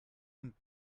und